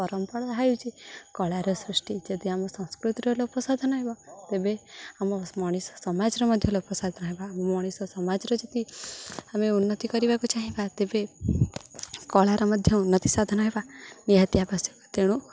ପରମ୍ପରା ହେଉଛି କଳାର ସୃଷ୍ଟି ଯଦି ଆମ ସଂସ୍କୃତିର ଲୋପସାଧନ ହେବ ତେବେ ଆମ ମଣିଷ ସମାଜର ମଧ୍ୟ ଲୋପସାଧନ ହେବା ଆମ ମଣିଷ ସମାଜର ଯଦି ଆମେ ଉନ୍ନତି କରିବାକୁ ଚାହିଁବା ତେବେ କଳାର ମଧ୍ୟ ଉନ୍ନତି ସାଧନ ହେବା ନିହାତି ଆବଶ୍ୟକ ତେଣୁ